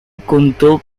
contó